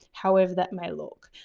however that may look.